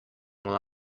while